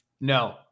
no